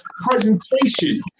presentation